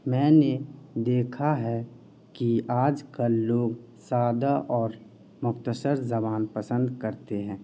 میں نے دیکھا ہے کہ آج کل لوگ سادہ اور مختصر زبان پسند کرتے ہیں